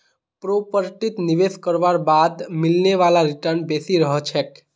प्रॉपर्टीत निवेश करवार बाद मिलने वाला रीटर्न बेसी रह छेक